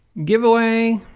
giveaway.